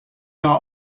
are